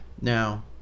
now